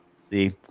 See